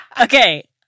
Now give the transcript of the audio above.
Okay